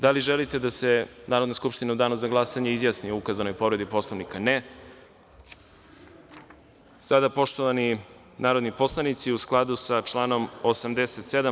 Da li želite da se Narodna skupština u danu za glasanje izjasni o ukazanoj povredi Poslovnika? (Ne.) Poštovani narodni poslanici, u skladu sa članom 87.